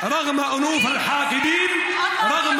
(אומר בערבית: אלף מזל טוב לכבוד הנשיא ארדואן